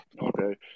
Okay